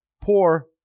poor